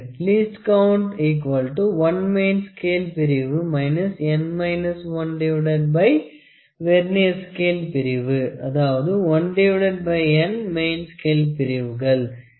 least count 1 main scale பிரிவு vernier scale பிரிவு 1n main scale பிரிவுகள்